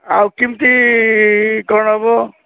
ଆଉ କେମିତି କ'ଣ ହବ